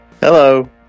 Hello